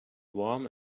warm